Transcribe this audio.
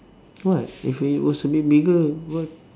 what if it was a bit bigger what